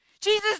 Jesus